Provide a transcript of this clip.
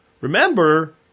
Remember